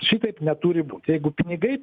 šitaip neturi būt jeigu pinigai